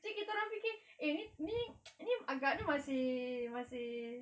jadi kita orang fikir eh ni ni agaknya masih masih